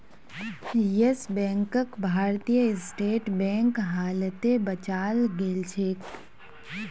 yes बैंकक Bharatiya State Bank हालते बचाल गेलछेक